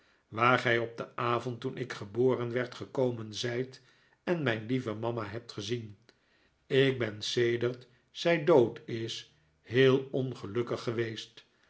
gij op den avond toen ik geboren werd gekomen zijt en mijn lieve mama hebt gezien ik ben sedert zij dood is heel ongelukkig geweest